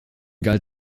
galt